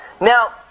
Now